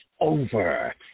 over